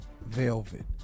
velvet